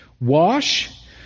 Wash